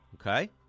okay